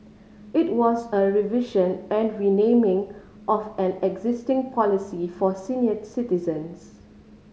it was a revision and renaming of an existing policy for senior citizens